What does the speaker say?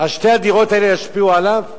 שתי הדירות האלה ישפיעו עליו?